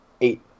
Eight